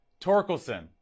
Torkelson